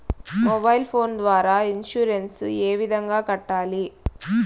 mobile phone ద్వారా insurance ఏ విధంగా కట్టాలి